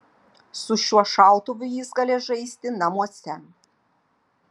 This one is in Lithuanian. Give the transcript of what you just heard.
su šiuo šautuvu jis galės žaisti namuose